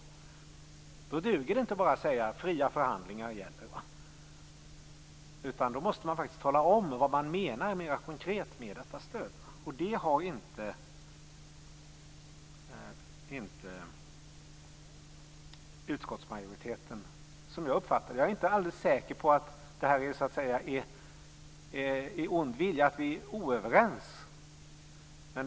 Det duger inte att bara säga att fria förhandlingar gäller. Man måste faktiskt tala om vad man mera konkret menar med detta stöd. Som jag uppfattar det har utskottsmajoriteten inte gjort det. Men jag är inte alldeles säker på att det beror på ond vilja och att vi är oense.